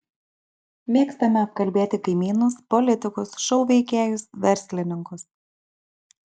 mėgstame apkalbėti kaimynus politikus šou veikėjus verslininkus